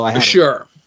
Sure